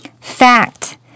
Fact